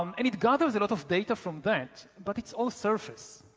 um and it gathers a lot of data from that but it's all surface.